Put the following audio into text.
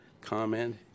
comment